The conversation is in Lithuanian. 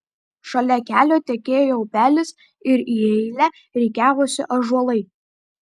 šalia kelio tekėjo upelis ir į eilę rikiavosi ąžuolai